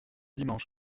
dimanche